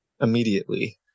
immediately